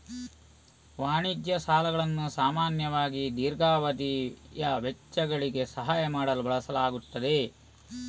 ವಾಣಿಜ್ಯ ಸಾಲಗಳನ್ನು ಸಾಮಾನ್ಯವಾಗಿ ದೀರ್ಘಾವಧಿಯ ವೆಚ್ಚಗಳಿಗೆ ಸಹಾಯ ಮಾಡಲು ಬಳಸಲಾಗುತ್ತದೆ